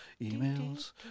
emails